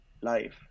life